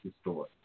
store